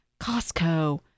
Costco